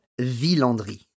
Villandry